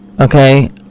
okay